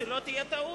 שלא תהיה טעות,